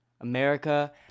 America